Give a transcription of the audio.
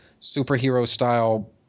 superhero-style